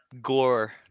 gore